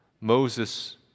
Moses